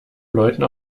leuten